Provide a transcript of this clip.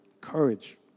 Courage